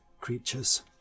creatures